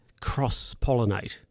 cross-pollinate